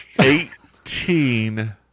Eighteen